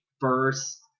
first